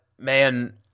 man